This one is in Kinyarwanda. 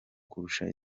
kurusha